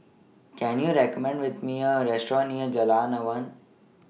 Can YOU recommend Me A Restaurant near Jalan Awan